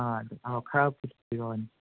ꯑꯥ ꯑꯥ ꯈꯔ ꯄꯨꯊꯣꯛꯄꯤꯔꯛꯑꯣꯅꯦ